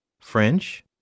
French